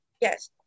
Yes